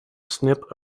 snip